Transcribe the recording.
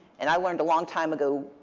and i learned a long time ago,